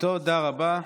תודה רבה.